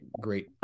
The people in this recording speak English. great